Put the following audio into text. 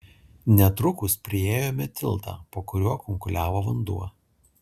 netrukus priėjome tiltą po kuriuo kunkuliavo vanduo